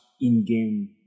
in-game